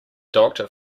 doctor